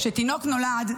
כשתינוק נולד,